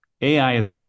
AI